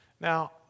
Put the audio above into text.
Now